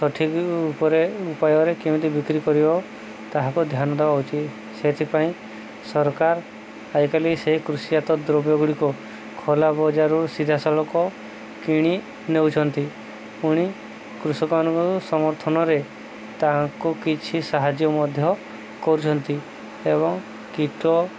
ସଠିକ ଉପାୟରେ କେମିତି ବିକ୍ରି କରିବ ତାହାକୁ ଧ୍ୟାନ ଦେବା ଉଚିତ୍ ସେଥିପାଇଁ ସରକାର ଆଜିକାଲି ସେହି କୃଷିଜାତ ଦ୍ରବ୍ୟଗୁଡ଼ିକ ଖୋଲା ବଜାରରୁ ସିଧାସଳଖ କିଣି ନେଉଛନ୍ତି ପୁଣି କୃଷକମାନଙ୍କୁ ସମର୍ଥନରେ ତାହାଙ୍କୁ କିଛି ସାହାଯ୍ୟ ମଧ୍ୟ କରୁଛନ୍ତି ଏବଂ କୀଟ